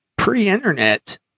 Pre-internet